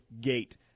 gate